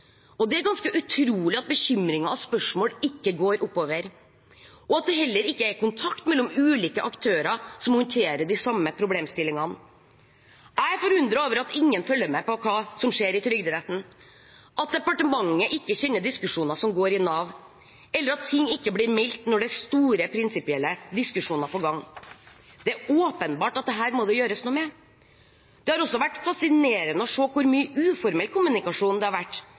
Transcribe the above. Det er ganske utrolig at bekymringer og spørsmål ikke går oppover, og at det heller ikke er kontakt mellom ulike aktører som håndterer de samme problemstillingene. Jeg er forundret over at ingen følger med på hva som skjer i Trygderetten, at departementet ikke kjenner diskusjoner som går i Nav, eller at ting ikke blir meldt når det er store, prinsipielle diskusjoner på gang. Det er åpenbart at dette må det gjøres noe med. Det har også vært fascinerende å se hvor mye uformell kommunikasjon det har vært,